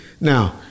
now